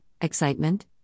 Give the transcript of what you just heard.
excitement